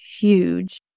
huge